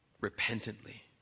repentantly